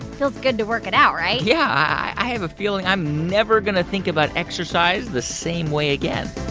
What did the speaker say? feels good to work it out, right? yeah, i have a feeling i'm never going to think about exercise the same way again